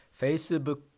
Facebook